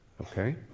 Okay